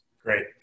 Great